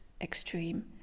extreme